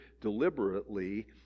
deliberately